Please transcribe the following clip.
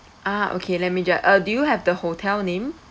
ah okay let me ju~ uh do you have the hotel name